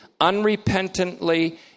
unrepentantly